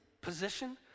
position